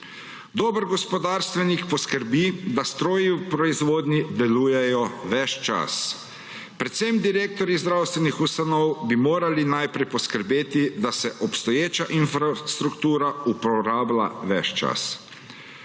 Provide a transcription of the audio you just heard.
Dober gospodarstvenik poskrbi, da stroji v proizvodnji delujejo ves čas. Predvsem direktorji zdravstvenih ustanov bi morali najprej poskrbeti, da se obstoječa infrastruktura uporablja ves čas.